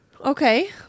Okay